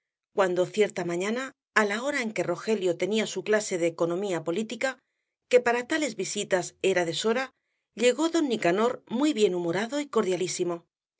cuando cierta mañana á la hora en que rogelio tenía su clase de economía política que para tales visitas era deshora llegó don nicanor muy bien humorado y